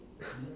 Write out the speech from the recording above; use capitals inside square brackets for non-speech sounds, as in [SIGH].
[BREATH]